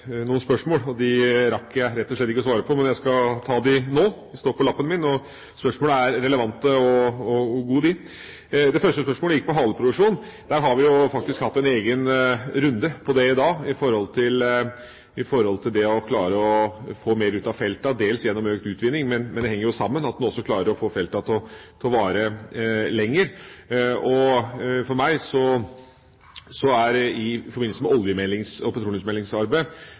noen spørsmål som jeg rett og slett ikke rakk å svare på, men jeg skal ta dem nå. De står på lappen min. Spørsmålene er relevante og gode, de. Det første spørsmålet gikk på haleproduksjon. Der har vi faktisk hatt en egen runde i dag om det å klare å få mer ut av feltene, dels gjennom økt utvinning, men det henger jo sammen med at en også klarer å få feltene til å vare lenger. I forbindelse med olje- og petroleumsmeldingsarbeidet er nettopp det som går på økt utvinning og